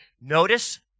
Notice